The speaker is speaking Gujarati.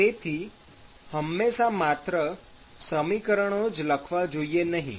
તેથી હમેશા માત્ર સમીકરણો જ લખવા જોઈએ નહીં